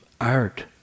art